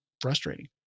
frustrating